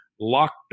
locked